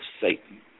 Satan